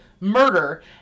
murder